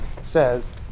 says